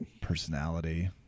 Personality